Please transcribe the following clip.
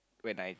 when I